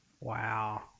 Wow